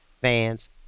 fans